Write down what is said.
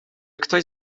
ktoś